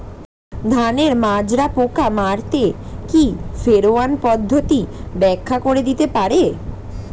ধানের মাজরা পোকা মারতে কি ফেরোয়ান পদ্ধতি ব্যাখ্যা করে দিতে পারে?